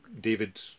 David